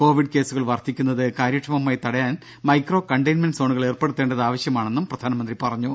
Covid കേസുകൾ വർധിക്കുന്നത് കാര്യക്ഷമമായി തടയാൻ മൈക്രോ കണ്ടെയ്ൻമെന്റ് സോണുകൾ ഏർപ്പെടുത്തേണ്ടത് ആവശ്യമാണെന്നും പ്രധാനമന്ത്രി പറഞ്ഞു